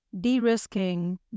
de-risking